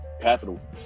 capital